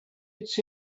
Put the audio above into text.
it’s